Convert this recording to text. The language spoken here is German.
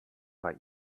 bei